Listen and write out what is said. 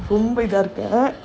ரொம்ப இதா இருக்கா:romba idhaa irukkaa